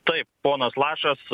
taip ponas lašas